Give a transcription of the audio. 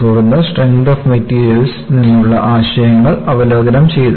തുടർന്ന് strength of materials നിന്നുള്ള ആശയങ്ങൾ അവലോകനം ചെയ്തു